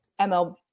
ML